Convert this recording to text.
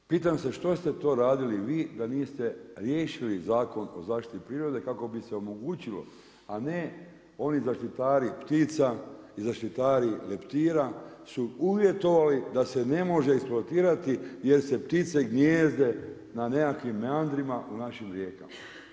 Pitam se što ste to radili vi da niste riješili Zakon o zaštiti prirode kako bi se omogućilo, a ne oni zaštitari ptica i zaštitari leptira su uvjetovali da se ne može eksploatirati jer se ptice gnijezde na nekakvim … u našim rijekama.